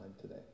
today